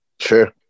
sure